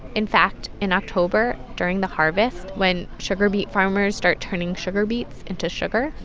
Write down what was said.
in fact, in october during the harvest, when sugar-beet farmers start turning sugar beets into sugar.